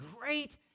great